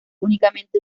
únicamente